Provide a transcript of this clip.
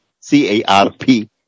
C-A-R-P